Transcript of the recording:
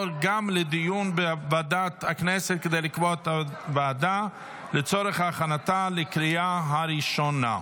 גם היא לדיון בוועדת הכנסת כדי לקבוע ועדה לצורך הכנתה לקריאה הראשונה.